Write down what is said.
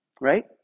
Right